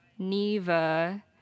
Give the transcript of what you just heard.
NEVA